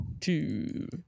Two